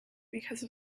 because